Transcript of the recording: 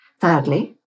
Thirdly